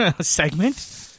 Segment